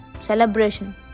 celebration